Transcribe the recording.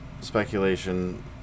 speculation